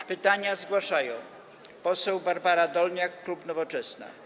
Z pytaniem zgłasza się poseł Barbara Dolniak, klub Nowoczesna.